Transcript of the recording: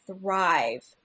thrive